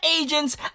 agents